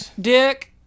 Dick